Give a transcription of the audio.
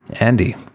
Andy